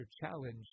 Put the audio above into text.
challenge